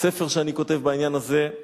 בספר שאני כותב בעניין הזה,